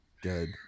Good